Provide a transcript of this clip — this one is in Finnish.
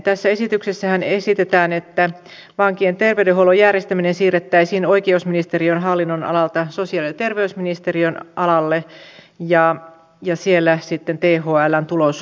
tässä esityksessähän esitetään että vankien terveydenhuollon järjestäminen siirrettäisiin oikeusministeriön hallinnonalalta sosiaali ja terveysministeriön alalle ja siellä sitten thln tulosohjaukseen